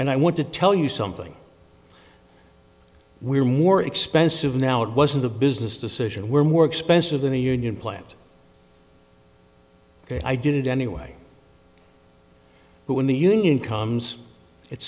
and i want to tell you something we are more expensive now it wasn't a business decision we're more expensive than a union plant i did it anyway who in the union comes it's